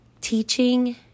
teaching